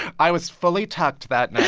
i was fully tucked that night